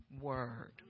word